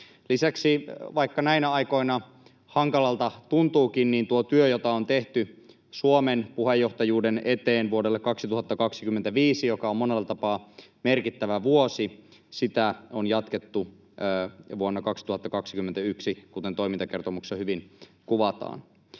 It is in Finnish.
Lisäksi, vaikka näinä aikoina hankalalta tuntuukin, tuota työtä, jota on tehty Suomen puheenjohtajuuden eteen vuodelle 2025, joka on monella tapaa merkittävä vuosi, on jatkettu vuonna 2021, kuten toimintakertomuksessa hyvin kuvataan.